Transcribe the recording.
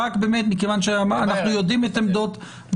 רק מכיוון שאנחנו יודעים את העמדות,